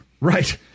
Right